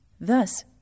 Thus